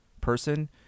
person